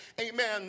amen